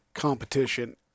competition